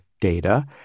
data